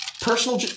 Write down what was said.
personal